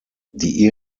die